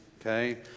Okay